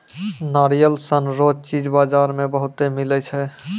नारियल सन रो चीज बजार मे बहुते मिलै छै